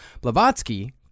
Blavatsky